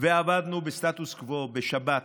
ועבדנו בסטטוס קוו בשבת,